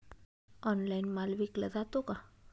Online माल विकला जातो का?